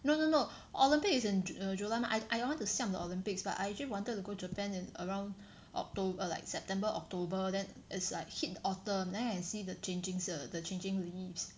no no no Olympic is in July mah I I want to siam the Olympics but I actually wanted to go Japan and around October like September October then is like hit autumn then I can see the changing the changing leaves